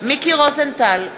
מיקי רוזנטל,